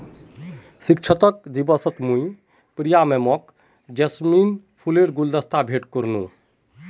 शिक्षक दिवसत मुई प्रिया मैमक जैस्मिन फूलेर गुलदस्ता भेंट करयानू